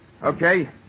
Okay